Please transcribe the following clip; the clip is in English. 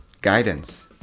guidance